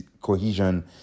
cohesion